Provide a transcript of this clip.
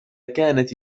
كانت